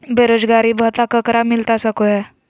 बेरोजगारी भत्ता ककरा मिलता सको है?